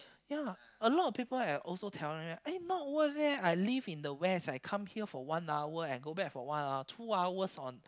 ya a lot of people right I also telling them eh not worth leh I live in the west I come here for one hour and go back for one hour two hours on